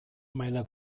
meiner